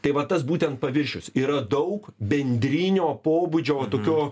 tai va tas būtent paviršius yra daug bendrinio pobūdžio va tokio